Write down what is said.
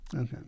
Okay